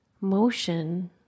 motion